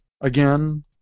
again